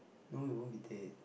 no we won't be dead